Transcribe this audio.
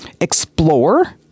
explore